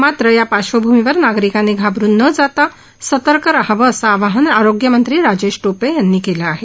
मात्र या पार्श्वभूमीवर नागरिकांनी घाबरून न जाता सतर्क रहावं असं आवाहन आरोग्यमंत्री राजेश टोपे यांनी केलं आहे